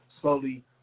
slowly